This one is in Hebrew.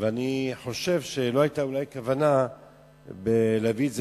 ואני חושב שלא היתה אולי כוונה להביא את זה